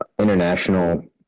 international